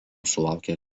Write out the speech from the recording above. sulaukė